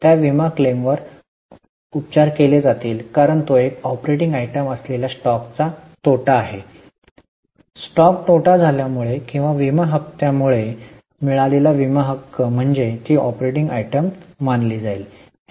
त्या विमा क्लेमवर उपचार केले जातील कारण तो एक ऑपरेटिंग आयटम असलेल्या स्टॉकचा तोटा आहे स्टॉक तोटा झाल्यामुळे किंवा विमा हप्त्यामुळे मिळालेला विमा हक्क म्हणजे ती ऑपरेटिंग आयटम मानली जाईल